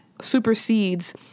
supersedes